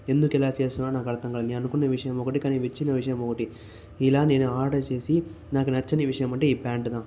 ఎందుకు ఇలా చేసానో నాకు అర్ధం కాలేదు నేను అనుకున్న విషయం ఒకటి వచ్చిన విషయం ఒకటి ఇలా నేను ఆర్డర్ చేసి నాకు నచ్చని విషయమంటే ఈ ప్యాంట్దా